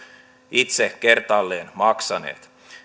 itse kertaalleen maksaneet